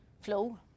flow